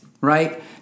right